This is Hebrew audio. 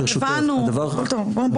הבנו, הכול טוב.